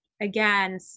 again